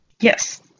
Yes